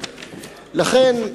לכן,